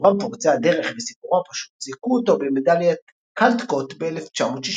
איוריו פורצי הדרך וסיפורו הפשוט זיכו אותו במדליית קלדקוט ב-1963.